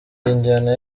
injyana